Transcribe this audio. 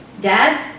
Dad